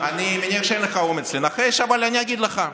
אני מניח שאין לך אומץ לנחש, אבל אני אגיד לך,